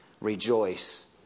Rejoice